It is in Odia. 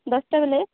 ଦଶଟା ବେଳେ